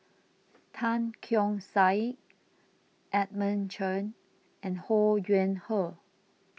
Tan Keong Saik Edmund Chen and Ho Yuen Hoe